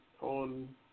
on